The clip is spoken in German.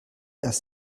erst